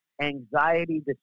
anxiety